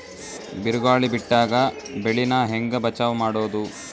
ಬಿರುಗಾಳಿ ಬಿಟ್ಟಾಗ ಬೆಳಿ ನಾ ಹೆಂಗ ಬಚಾವ್ ಮಾಡೊದು?